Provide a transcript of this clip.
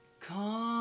Come